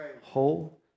whole